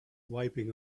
wiping